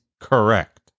correct